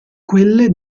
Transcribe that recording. quelle